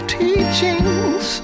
teachings